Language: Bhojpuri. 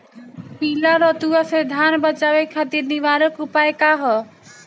पीला रतुआ से धान बचावे खातिर निवारक उपाय का ह?